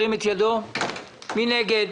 מי נגד?